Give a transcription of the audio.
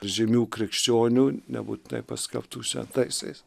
žymių krikščionių nebūtinai paskelbtų šventaisiais